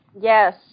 Yes